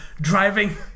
driving